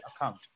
account